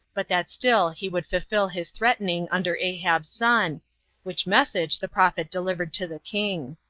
but that still he would fulfill his threatening under ahab's son which message the prophet delivered to the king.